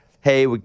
hey